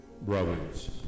brothers